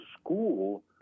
school